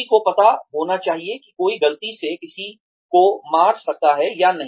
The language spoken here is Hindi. किसी को पता होना चाहिए कि कोई गलती से किसी को मार सकता है या नहीं